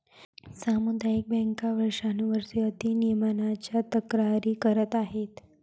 सामुदायिक बँका वर्षानुवर्षे अति नियमनाच्या तक्रारी करत आहेत